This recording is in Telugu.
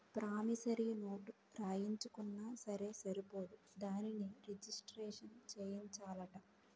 ప్రామిసరీ నోటు రాయించుకున్నా సరే సరిపోదు దానిని రిజిస్ట్రేషను సేయించాలట